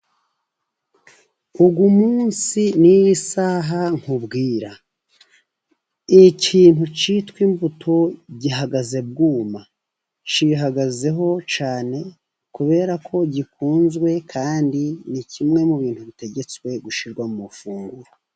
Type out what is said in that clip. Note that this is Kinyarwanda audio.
Uyu munsi n'iyi saha nkubwira, ikintu cyitwa imbuto gihagaze bwuma, kihagazeho cyane kubera ko gikunzwe, kandi ni kimwe mu bintu bitegetswe gushyirwa mu mafunguro.